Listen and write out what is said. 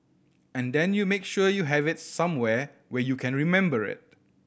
and then you make sure you have it somewhere where you can remember it